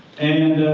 and